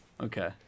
Okay